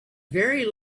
very